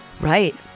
Right